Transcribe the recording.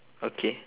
okay